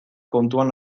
kontuan